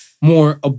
More